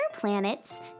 planets